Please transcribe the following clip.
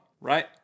right